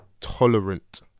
tolerant